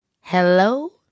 Hello